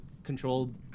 Controlled